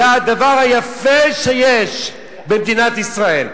זה הדבר היפה שיש במדינת ישראל.